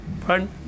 Pardon